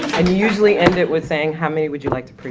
and you usually end it with saying how many would you like to